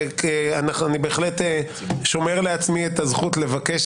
אני בהחלט שומר לעצמי את הזכות לבקש,